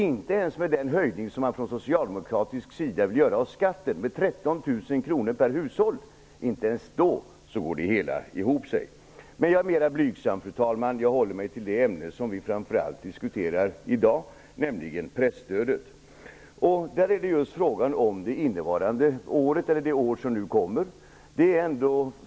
Inte ens med den höjning som Socialdemokraterna vill göra av skatten med 13 000 kr per hushåll går det ihop. Jag är mer blygsam och håller mig till det ämne som vi i dag framför allt diskuterar, nämligen presstödet. Det är fråga om det år som nu kommer.